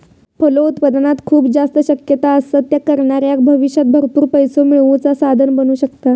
फलोत्पादनात खूप जास्त शक्यता असत, ता करणाऱ्याक भविष्यात भरपूर पैसो मिळवुचा साधन बनू शकता